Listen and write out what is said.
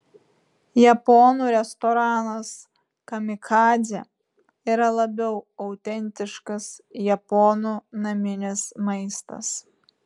japonų restoranas kamikadzė yra labiau autentiškas japonų naminis maistas